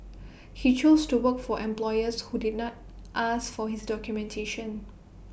he chose to work for employers who did not ask for his documentation